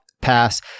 pass